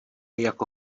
jako